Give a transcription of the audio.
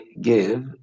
give